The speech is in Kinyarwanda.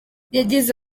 yagize